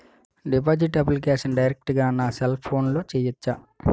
Deposit application direct గా నా cell ఫోన్లో చెయ్యచా?